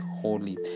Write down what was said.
holy